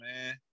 man